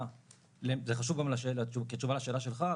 זה חשוב גם כתשובה לשאלה שלך,